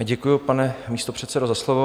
Děkuji, pane místopředsedo, za slovo.